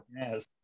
Yes